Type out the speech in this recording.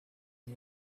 and